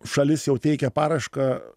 šalis jau teikia paraišką